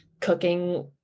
cooking